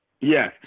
Yes